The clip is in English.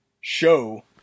show